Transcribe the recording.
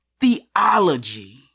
theology